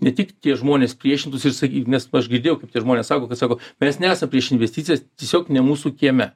ne tik tie žmonės priešintųsi ir sakyt nes aš girdėjau kaip tie žmonės sako kad sako mes nesam prieš investicijas tiesiog ne mūsų kieme